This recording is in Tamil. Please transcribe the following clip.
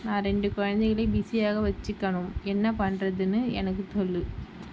நான் ரெண்டு குழந்தைகளையும் பிஸியாக வச்சுக்கணும் என்ன பண்றதுன்னு எனக்கு சொல்